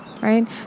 right